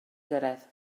gyrraedd